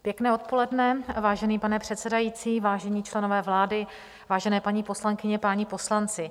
Pěkné odpoledne, vážený pane předsedající, vážení členové vlády, vážené paní poslankyně, páni poslanci.